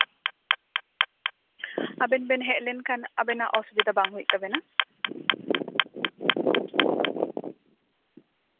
ᱟᱵᱮᱱ ᱵᱮᱱ ᱦᱮᱡ ᱞᱮᱱᱠᱷᱟᱱ ᱟᱵᱮᱱᱟᱜ ᱚᱥᱩᱵᱤᱫᱷᱟ ᱵᱟᱝ ᱦᱩᱭᱩᱜ ᱛᱟᱵᱮᱱᱟ